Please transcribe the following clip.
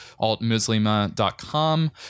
altmuslima.com